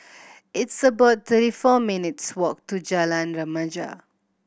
it's about thirty four minutes' walk to Jalan Remaja